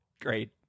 Great